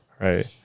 Right